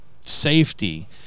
safety